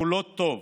שכולו טוב,